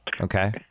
Okay